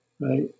right